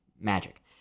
magic